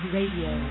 Radio